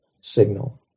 signal